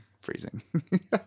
freezing